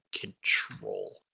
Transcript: control